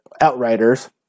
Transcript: Outriders